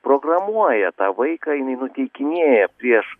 programuoja tą vaiką jinai nuteikinėja prieš